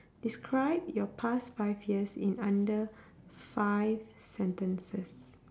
describe your past five years in under five sentences